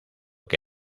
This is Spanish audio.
que